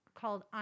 called